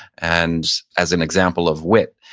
and as an example of wit.